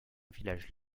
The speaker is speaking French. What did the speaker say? village